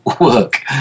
work